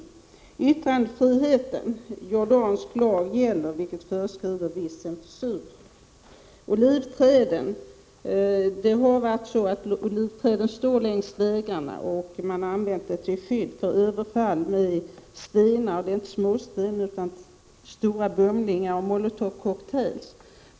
För yttrandefriheten gäller jordansk lag, vilken föreskriver viss censur. Olivträden står längs vägarna och har använts till skydd för överfall med stenar — inte småstenar utan stora bumlingar — och molotovcocktails.